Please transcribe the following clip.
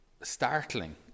startling